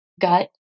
gut